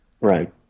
Right